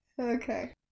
Okay